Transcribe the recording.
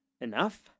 enough